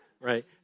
right